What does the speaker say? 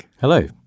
Hello